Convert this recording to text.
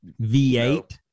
V8